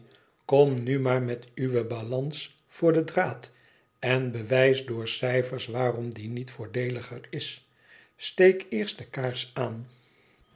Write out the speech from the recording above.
ikom nu maar met uwe balans voor den draad en bewijs door cijfers waarom die niet voordeeliger is steek eerst de kaars aan